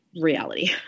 reality